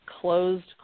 closed